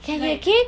like